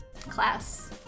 class